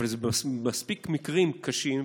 אבל מספיק מקרים קשים,